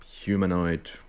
humanoid